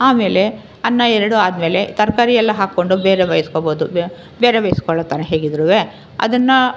ಆಮೇಲೆ ಅನ್ನ ಎರಡೂ ಆದಮೇಲೆ ತರಕಾರಿಯೆಲ್ಲ ಹಾಕ್ಕೊಂಡು ಬೇರೆ ಬೇಯ್ಸ್ಕೊಬೋದು ಬೇರೆ ಬೇಯ್ಸ್ಕೊಳ್ಳೋದು ತಾನೆ ಹೇಗಿದ್ದರೂ ಅದನ್ನು